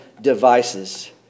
devices